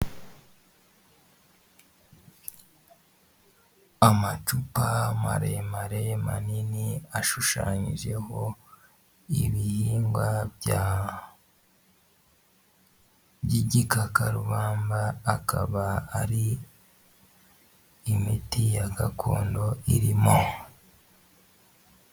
Amacupa maremare manini ashushanyijeho ibihingwa bya by'igikakarubamba akaba ari imiti ya gakondo irimo.